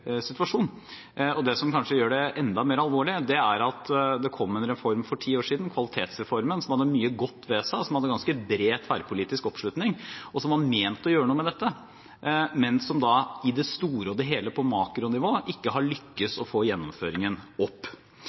situasjon. Det som kanskje gjør det enda mer alvorlig, er at det kom en reform for ti år siden – kvalitetsreformen – som hadde mye godt ved seg, som hadde ganske bred tverrpolitisk oppslutning, og som var ment å gjøre noe med dette, men som i det store og hele på makronivå ikke har lyktes med å få gjennomføringen opp.